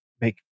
make